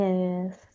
Yes